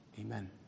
amen